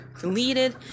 deleted